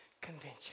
convention